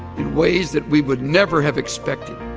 in ways that we would never have expected